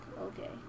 okay